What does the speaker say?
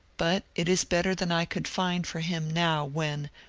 but it is better than i could find for him now when,